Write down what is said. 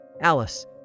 Alice